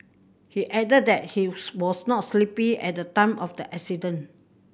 he added that he was not sleepy at the time of the accident